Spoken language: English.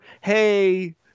hey